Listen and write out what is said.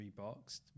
reboxed